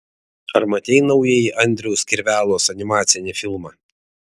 ar matei naująjį andriaus kirvelos animacinį filmą